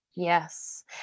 Yes